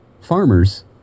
Farmers